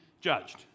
judged